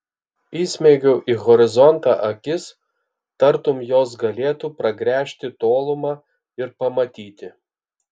įsmeigiau į horizontą akis tartum jos galėtų pragręžti tolumą ir pamatyti